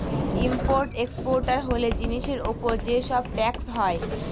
import exporter হলে জিনিসের উপর যে সব ট্যাক্স হয়